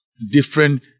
Different